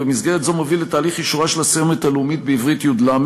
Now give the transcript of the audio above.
ובמסגרת זו מוביל את תהליך אישורה של הסיומת הלאומית בעברית "יל",